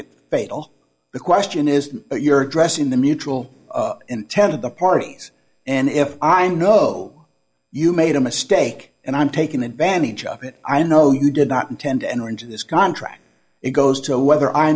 it fatal the question is your address in the mutual intent of the parties and if i know you made a mistake and i'm taking advantage of it i know you did not intend to enter into this contract it goes to whether i